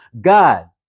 God